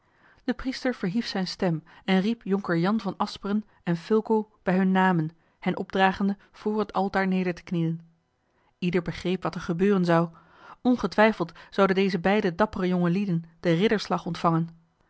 de priester verhief zijne stem en riep jonker jan van asperen en fulco bij hunne namen hen opdragende voor het altaar neder te knielen ieder begreep wat er gebeuren zou ongetwijfeld zouden deze beide dappere jongelieden den ridderslag ontvangen